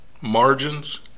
margins